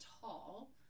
tall